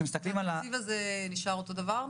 והתקציב הזה נשאר אותו דבר?